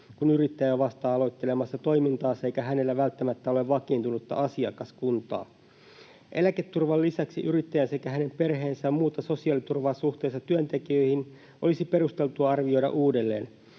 kun yrittäjä on vasta aloittelemassa toimintaansa eikä hänellä välttämättä ole vakiintunutta asiakaskuntaa. Eläketurvan lisäksi yrittäjän sekä hänen perheensä muuta sosiaaliturvaa suhteessa työntekijöihin olisi perusteltua arvioida uudelleen.